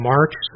March